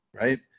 right